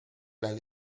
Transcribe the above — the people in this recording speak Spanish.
las